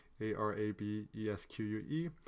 A-R-A-B-E-S-Q-U-E